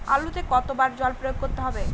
আলুতে কতো বার জল প্রয়োগ করতে হবে?